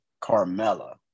Carmella